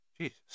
Jesus